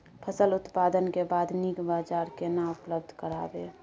फसल उत्पादन के बाद नीक बाजार केना उपलब्ध कराबै?